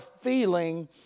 feeling